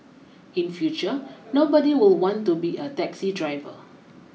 in future nobody will want to be a taxi driver